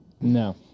No